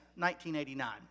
1989